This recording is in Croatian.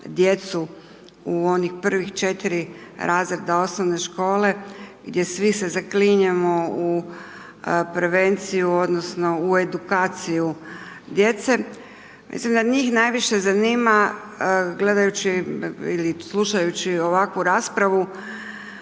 u onih prvih četiri razreda osnovne škole, gdje svi se zaklinjemo u prevenciju odnosno u edukaciju djece, mislim da njih najviše zanima gledajući ili slušajući ovakvu raspravu